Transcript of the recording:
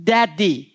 Daddy